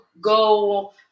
go